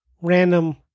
random